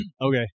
Okay